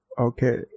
Okay